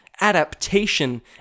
adaptation